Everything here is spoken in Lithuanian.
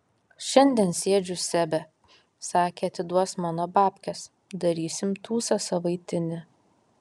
šiandien sėdžiu sebe sakė atiduos mano babkes darysim tūsą savaitinį